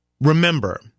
remember